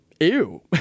Ew